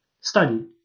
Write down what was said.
Study